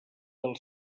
del